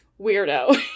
weirdo